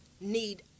need